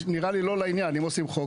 נראה לי שזה לא לעניין אם כבר עושים חוק.